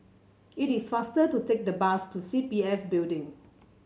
it is faster to take the bus to C P F Building